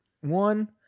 One